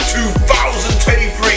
2023